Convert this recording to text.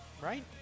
right